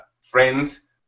friends